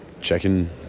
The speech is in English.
checking